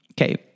Okay